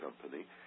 company